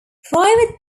private